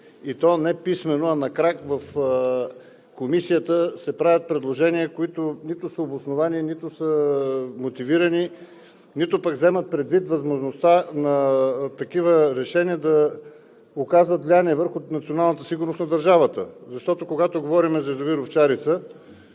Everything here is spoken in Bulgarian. и то не писмено, а на крак в Комисията се правят предложения, които нито са обосновани, нито са мотивирани, нито пък вземат предвид възможността такива решения да оказват влияние върху националната сигурност на държавата. Защото, когато говорим за язовир „Овчарица“,